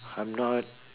I'm not